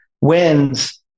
wins